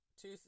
Two